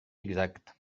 exact